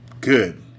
Good